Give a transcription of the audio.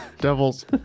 Devil's